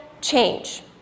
change